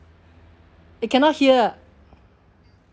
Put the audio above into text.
it cannot hear